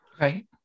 Right